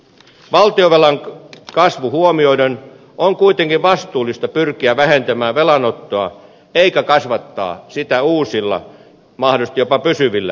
valtionvelan kasvu huomioiden on kuitenkin vastuullista pyrkiä vähentämään velanottoa eikä kasvattaa sitä uusilla mahdollisesti jopa pysyvillä menoilla